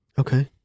Okay